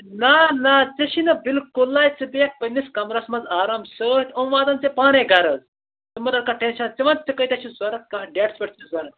نہَ نہَ ژےٚ چھِنا بِلکُلَے ژٕ بیٚہَکھ پنٕنِس کَمرَس منٛز آرام سۭتۍ یِم واتَن ژےٚ پانَے گَرٕ حظ ژٕ مہٕ رَٹ کانٛہہ ٹٮ۪نشَن ژٕ وَن ژےٚ کٲتیٛاہ چھِ ضروٗرت کَتھ ڈیٹَس پٮ۪ٹھ چھِ ضروٗرت